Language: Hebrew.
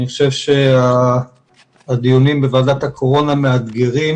אני חושב שהדיונים בוועדת הקורונה מאתגרים